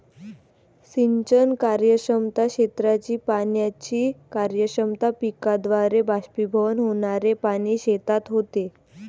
सिंचन कार्यक्षमता, क्षेत्राची पाण्याची कार्यक्षमता, पिकाद्वारे बाष्पीभवन होणारे पाणी शेतात होते